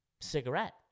cigarette